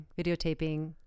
videotaping